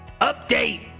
Update